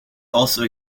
also